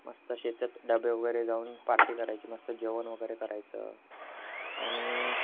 मस्त शेतात डबे वगैरे जाऊन पार्टी करायची मस्त जेवण वगैरे करायचं आणि